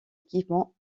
équipement